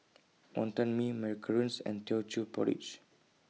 Wonton Mee Macarons and Teochew Porridge